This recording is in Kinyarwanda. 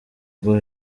rwo